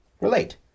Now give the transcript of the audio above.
Relate